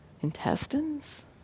Intestines